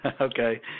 Okay